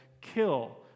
kill